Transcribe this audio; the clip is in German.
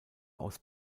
aus